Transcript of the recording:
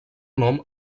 nom